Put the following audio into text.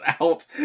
out